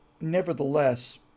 nevertheless